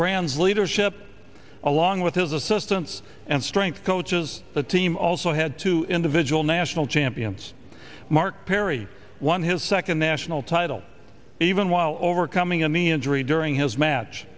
brand's leadership along with his assistants and strength coaches the team also head to individual national champions mark perry won his second national title even while overcoming a knee injury during his match